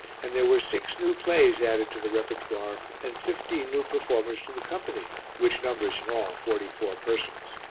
and there were six new plays added to the repertoire and fifteen new performers to the company, which numbers in all forty-four persons.